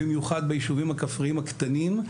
במיוחד ביישובים הכפריים הקטנים,